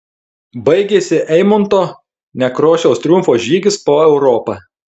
baigėsi eimunto nekrošiaus triumfo žygis po europą